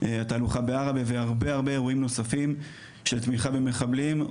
התהלוכה בערבה והרבה הרבה אירועים נוספים של תמיכה במחבלים,